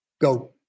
go